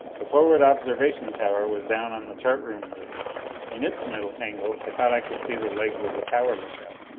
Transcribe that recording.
the forward observation tower was down on the chart room roof in its metal tangle i thought i could see the legs of the tower lookout.